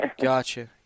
Gotcha